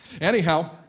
Anyhow